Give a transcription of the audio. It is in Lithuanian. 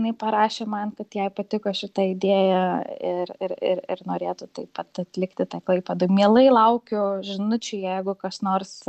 jinai parašė man kad jai patiko šita idėja ir ir ir ir norėtų taip pat atlikti tai klaipėdoj mielai laukiu žinučių jeigu kas nors